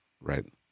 Right